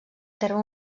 terme